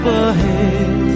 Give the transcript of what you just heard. ahead